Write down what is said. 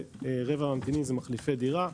ו1/4 מהממתינים הם מחליפי דירה.